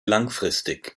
langfristig